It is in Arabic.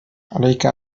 عليك